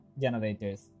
generators